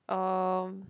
um